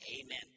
amen